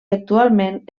actualment